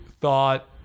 thought